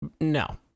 No